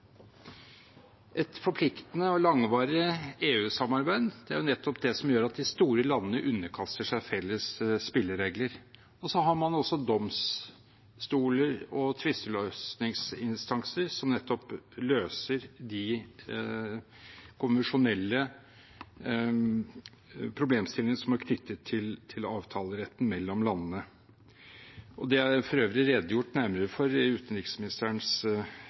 Et forpliktende og langvarig EU-samarbeid er nettopp det som gjør at de store landene underkaster seg felles spilleregler. Man har også domstoler og tvisteløsningsinstanser som løser de konvensjonelle problemstillingene som er knyttet til avtaleretten mellom landene. Det er for øvrig redegjort nærmere for i utenriksministerens